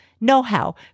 know-how